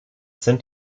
sind